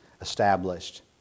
established